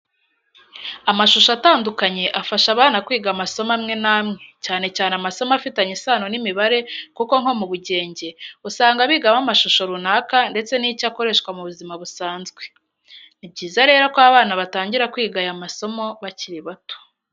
Amashusho atandukanye afasha abana kwiga amasomo amwe n'amwe, cyane cyane amasomo afitanye isano n'imibare kuko nko mu bugenge, usanga bigamo amashusho runaka ndetse n'icyo akoreshwa mu buzima busanzwe. Ni byiza rero ko abana batangira kwiga aya masomo bakiri bato.